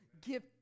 Give